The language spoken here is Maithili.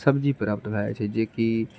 सब्जी प्राप्त भए जाइत छै जेकि